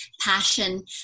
passion